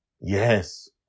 Yes